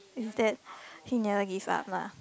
if that he never give up lah